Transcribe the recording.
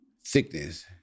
thickness